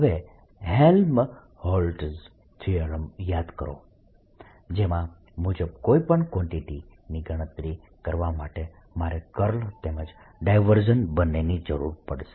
હવે Helmholtz theorem યાદ કરો જેના મુજબ કોઈ પણ કવાન્ટીટીની ગણતરી કરવા માટે મારે કર્લ તેમજ ડાયવર્જન્સ બંનેની જરૂર પડશે